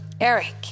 Eric